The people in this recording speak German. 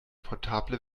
portable